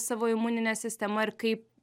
savo imunine sistema ir kaip